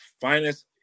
finest